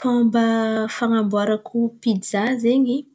Fômba fanamboarako pija zen̈y